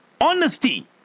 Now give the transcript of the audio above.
honesty